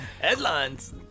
Headlines